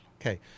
okay